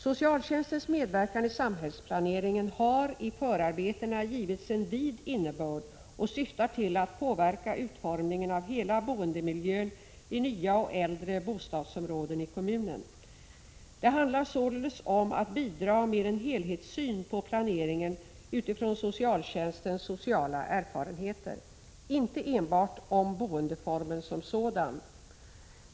Socialtjänstens medverkan i samhällsplaneringen har i förarbetena givits en vid innebörd och syftar till att påverka utformningen av hela boendemiljöni nya och äldre bostadsområden i kommunen. Det handlar således om att I bidra med en helhetssyn på planeringen utifrån socialtjänstens sociala erfarenheter, inte enbart om boendeformen som sådan.